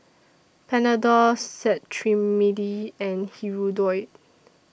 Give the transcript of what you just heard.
Panadol Cetrimide and Hirudoid